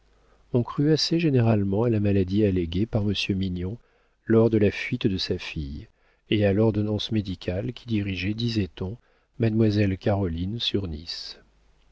on crut assez généralement à la maladie alléguée par monsieur mignon lors de la fuite de sa fille et à l'ordonnance médicale qui dirigeait disait-on mademoiselle caroline sur